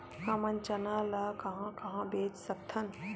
हमन चना ल कहां कहा बेच सकथन?